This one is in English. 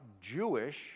Jewish